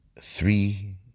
three